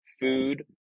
Food